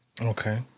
Okay